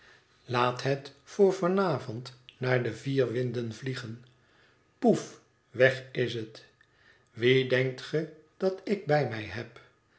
laat het voor van avond naar de vier winden vliegen poef weg is het wien denkt ge dat ik bij mij heb